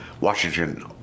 Washington